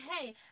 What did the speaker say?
hey